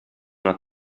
una